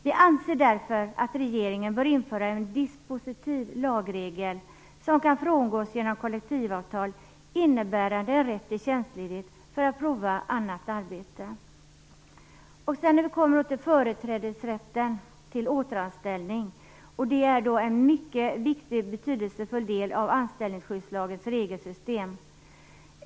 Vi anser därför att regeringen bör införa en dispositiv lagregel, som kan frångås genom kollektivavtal, innebärande rätt till tjänstledighet för att prova annat arbete. Vi kommer då till företrädesrätten till återanställning, som är en mycket viktig del av anställningsskyddslagens regelsystem.